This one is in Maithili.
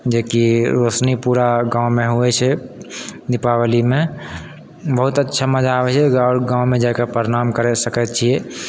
जेकि रोशनी पूरा गाँवमे होइ छै दीपावलीमे बहुत अच्छा मजा आबै छै गाँवमे जाके प्रणाम करै सकै छियै